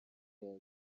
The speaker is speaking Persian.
کرده